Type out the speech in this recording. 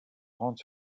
rendent